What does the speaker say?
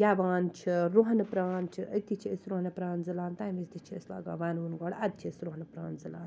گیٚوان چھِ رۄہنہٕ پران چھِ أتی چھِ أسۍ رۄہنہٕ پران زٕلان تمہِ وِز تہِ چھِ أسۍ لاگان وَنوُن گۄڈٕ اَدٕ چھِ أسۍ رۄہنہٕ پران زٕلان